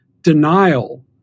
denial